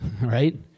right